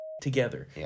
together